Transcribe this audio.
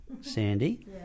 Sandy